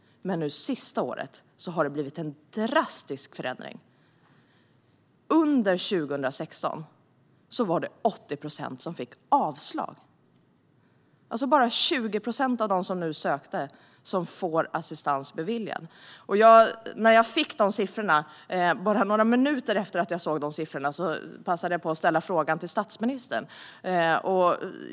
Nu sista året har det blivit en drastisk förändring. Under 2016 fick 80 procent avslag. Det är alltså bara 20 procent av de som söker som får assistans beviljad. Bara några minuter efter att jag såg de siffrorna passade jag på att ställa en fråga om detta till statsministern.